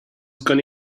going